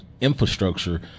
infrastructure